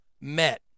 met